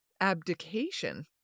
abdication